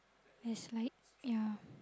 is like yeah